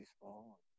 baseball